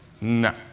No